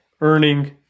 earning